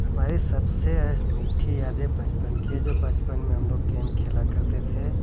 हमारी सबसे है मीठी यादें बचपन की है जो बचपन में हम लोग गेम खेला करते थे